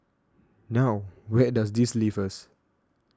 now where does this leave us